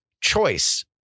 choice